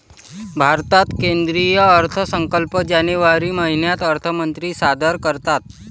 भारतात केंद्रीय अर्थसंकल्प जानेवारी महिन्यात अर्थमंत्री सादर करतात